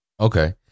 Okay